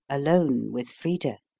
alone with frida?